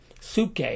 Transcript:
Suke